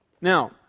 Now